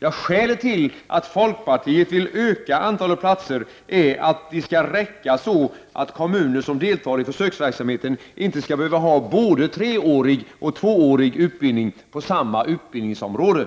Skälet till att folkpartiet vill utöka antalet platser är att de skall räcka så att kommuner som deltar i försöksverksamheten inte skall behöva ha både treårig och tvåårig utbildning inom samma utbildningsområde.